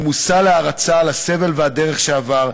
הוא מושא להערצה על הסבל והדרך שעבר,